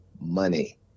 money